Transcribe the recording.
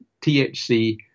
THC